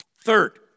Third